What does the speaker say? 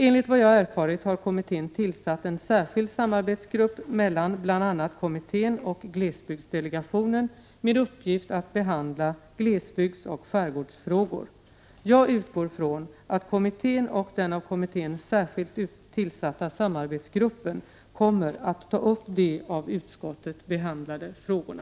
Enligt vad jag erfarit har kommittén tillsatt en särskild samarbetsgrupp mellan bl.a. kommittén och glesbygdsdelegationen med uppgift att behandla glesbygdsoch skärgårdsfrågor. Jag utgår från att kommittén och den av kommittén särskilt tillsatta samarbetsgruppen kommer att ta upp de av utskottet behandlade frågorna.